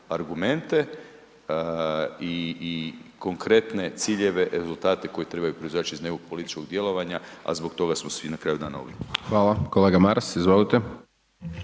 argumente i, i konkretne ciljeve, rezultate koji trebaju proizaći iz nekog političkog djelovanja, a zbog toga smo svi na kraju dana ovdje. **Hajdaš Dončić,